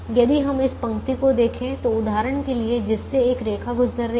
यदि हम इस पंक्ति को देखें जो उदाहरण के लिए जिससे एक रेखा गुजर रही है